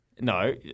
No